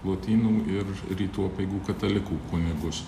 lotynų ir rytų apeigų katalikų kunigus